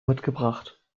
mitgebracht